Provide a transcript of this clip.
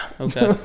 Okay